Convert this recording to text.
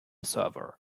server